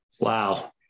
Wow